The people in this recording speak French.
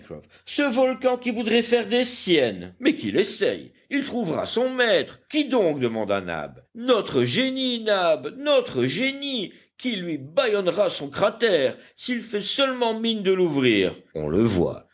ce volcan qui voudrait faire des siennes mais qu'il essaye il trouvera son maître qui donc demanda nab notre génie nab notre génie qui lui bâillonnera son cratère s'il fait seulement mine de l'ouvrir on le voit